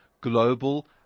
global